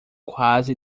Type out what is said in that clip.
quase